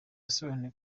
yasobanuye